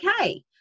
okay